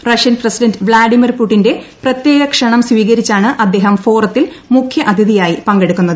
Russian president Vladimir പുടിന്റെ പ്രത്യേക ക്ഷണം സ്വീകരിച്ചാണ് അദ്ദേഹം ഫോറത്തിൽ മുഖ്യ അതിഥിയായി പങ്കെടുക്കുന്നത്